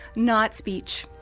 not speech.